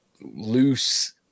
loose